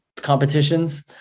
competitions